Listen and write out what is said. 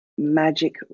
Magic